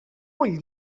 vull